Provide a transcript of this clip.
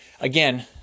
again